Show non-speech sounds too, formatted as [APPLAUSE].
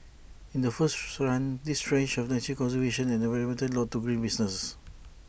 in the first run these ranged from nature conservation and environmental law to green businesses [NOISE]